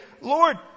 Lord